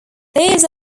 these